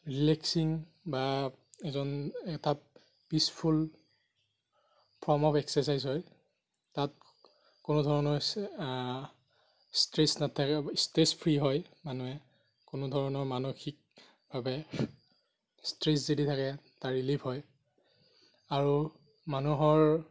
relaxing বা এজন এটা পিচ্ফুল ফ'ৰ্ম অব এক্সাৰচাইজ হয় তাত কোনো ধৰণৰ ষ্ট্ৰেচ নাথাকে ষ্ট্ৰেচ ফ্ৰী হয় মানুহে কোনো ধৰণৰ মানসিকভাৱে ষ্ট্ৰেচ যদি থাকে তাৰ ৰিলিফ হয় আৰু মানুহৰ